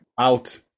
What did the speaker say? out